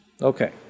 Okay